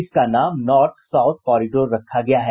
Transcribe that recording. इसका नाम north south corridor रखा गया है